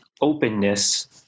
openness